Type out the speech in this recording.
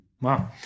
Wow